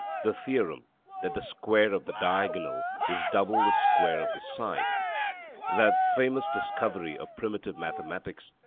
the theorem that the square of the diagonal is double the square of the side that famous discovery of primitive mathematics,